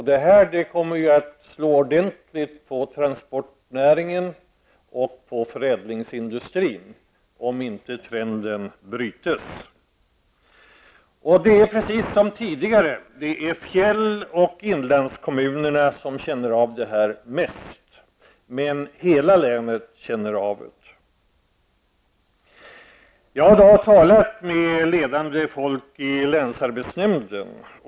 Detta kommer att slå hårt mot transportnäringen och förädlingsindustrin, om inte trenden bryts. Precis som tidigare är det fjäll och inlandskommunerna som känner av detta mest. Hela länet känner dock av det. Jag har talat med ledande personer i länsarbetsnämnden.